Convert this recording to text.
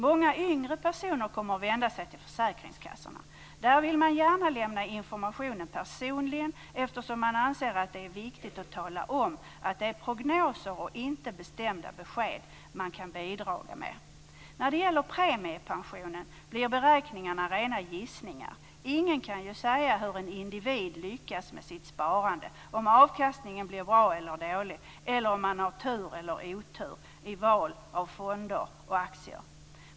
Många yngre personer kommer att vända sig till försäkringskassorna. Där vill man gärna lämna informationen personligen, eftersom man anser att det är viktigt att tala om att det är prognoser och inte bestämda besked man kan bidraga med. När det gäller premiepensionen blir beräkningarna rena gissningar. Ingen kan ju säga hur en individ lyckas med sitt sparande, om avkastningen blir bra eller dålig eller om man har tur eller otur vid val av fonder och aktier.